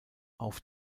auf